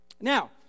Now